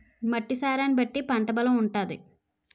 మట్టి సారాన్ని బట్టి పంట బలం ఉంటాది